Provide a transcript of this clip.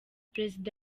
perezida